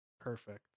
perfect